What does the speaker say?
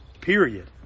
Period